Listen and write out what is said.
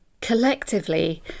Collectively